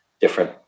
different